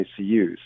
ICUs